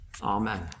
Amen